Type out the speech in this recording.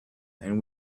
and